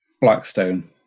Blackstone